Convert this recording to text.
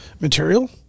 material